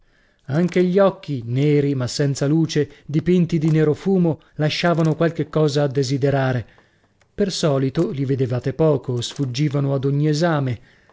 anche gli occhi neri ma senza luce dipinti di nerofumo lasciavano qualche cosa a desiderare per solito li vedevate poco sfuggivano ad ogni esame